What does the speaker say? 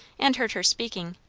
and heard her speaking,